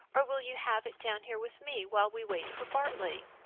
or will you have it down here with me, while we wait for bartley?